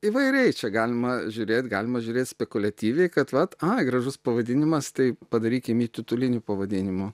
įvairiai čia galima žiūrėt galima žiūrėt spekuliatyviai kad vat ai gražus pavadinimas tai padarykim jį titulinių pavadinimų